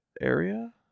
area